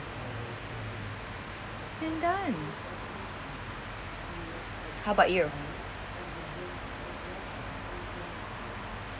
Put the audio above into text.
and done how about you